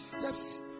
Steps